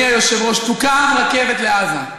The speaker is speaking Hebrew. תוקם רכבת לעזה.